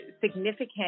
significant